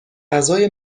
غذای